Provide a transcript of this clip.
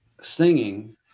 singing